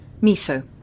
Miso